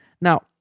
Now